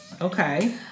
Okay